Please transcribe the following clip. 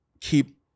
keep